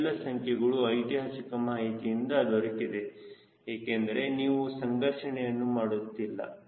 ಈ ಎಲ್ಲ ಸಂಖ್ಯೆಗಳು ಐತಿಹಾಸಿಕ ಮಾಹಿತಿಯಿಂದ ದೊರಕಿದೆ ಏಕೆಂದರೆ ನೀವು ಸಂಸ್ಲೇಷಣೆಯನ್ನು ಮಾಡುತ್ತಿಲ್ಲ